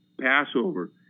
Passover